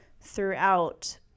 throughout